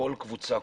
כל קבוצה,